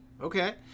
Okay